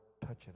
touching